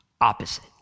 Opposite